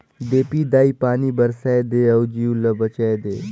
देपी दाई पानी बरसाए दे अउ जीव ल बचाए दे